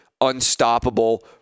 unstoppable